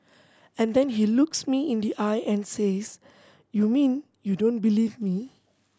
and then he looks me in the eye and says you mean you don't believe me